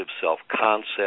self-concept